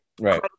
Right